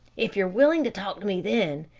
if you're willing to talk to me then,